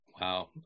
Wow